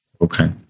Okay